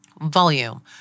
Volume